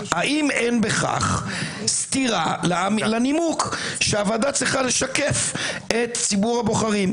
האם אין בכך סתירה לנימוק שהוועדה צריכה לשקף את ציבור הבוחרים?